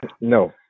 No